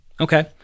Okay